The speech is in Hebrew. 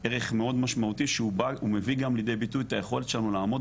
ערך מאוד משמעותי שהוא מביא גם לידי ביטוי את היכולת שלנו לעמוד